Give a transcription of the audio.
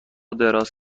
دراز